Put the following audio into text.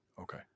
Okay